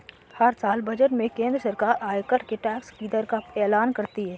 हर साल बजट में केंद्र सरकार आयकर के टैक्स की दर का एलान करती है